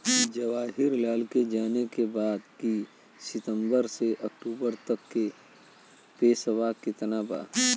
जवाहिर लाल के जाने के बा की सितंबर से अक्टूबर तक के पेसवा कितना बा?